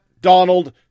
Donald